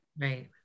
Right